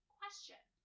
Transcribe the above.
question